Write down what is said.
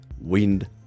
wind